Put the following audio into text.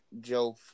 Joe